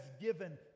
given